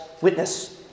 witness